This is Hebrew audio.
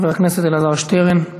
חבר הכנסת אלעזר שטרן,